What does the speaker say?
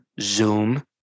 Zoom